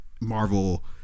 Marvel